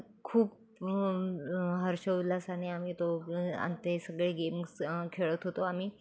खूप हर्षउल्हासाने आम्ही तो आणि ते सगळे गेम्स खेळत होतो आम्ही